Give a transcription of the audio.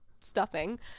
stuffing